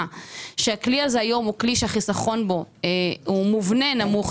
שהכלי הזה היום הוא כלי שהחיסכון בו הוא מובנה נמוך